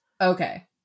Okay